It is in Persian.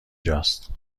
جاست